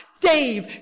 Dave